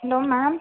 hello ma'am